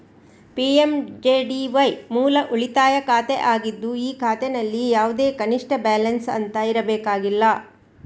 PMJDY ಮೂಲ ಉಳಿತಾಯ ಖಾತೆ ಆಗಿದ್ದು ಈ ಖಾತೆನಲ್ಲಿ ಯಾವುದೇ ಕನಿಷ್ಠ ಬ್ಯಾಲೆನ್ಸ್ ಅಂತ ಇರಬೇಕಾಗಿಲ್ಲ